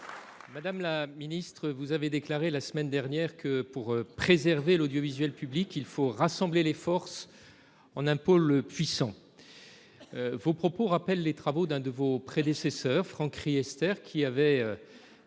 de la culture, vous avez déclaré la semaine dernière que, pour « préserver » l’audiovisuel public, il faut « rassembler les forces » en un « pôle puissant ». Vos propos rappellent les travaux de l’un de vos prédécesseurs, Franck Riester, qui avait